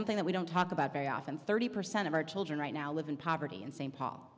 something that we don't talk about very often thirty percent of our children right now live in poverty and st paul